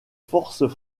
forces